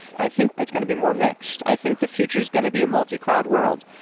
i think it's going to be more mixed. i think the future is going to be a multi-cloud world.